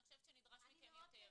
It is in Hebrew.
אני חושבת שנדרש מכן יותר.